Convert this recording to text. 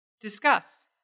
Discuss